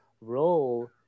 role